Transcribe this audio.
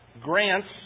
grants